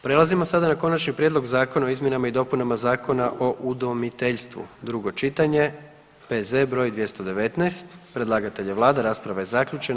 Prelazimo sada na Konačni prijedlog zakona o izmjenama i dopunama Zakona o udomiteljstvu, drugo čitanje, P.Z. br. 219, predlagatelj je Vlada, rasprava je zaključena.